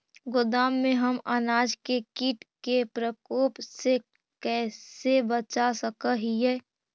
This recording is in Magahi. गोदाम में हम अनाज के किट के प्रकोप से कैसे बचा सक हिय?